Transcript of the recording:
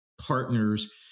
partners